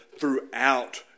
throughout